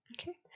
Okay